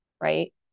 right